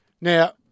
now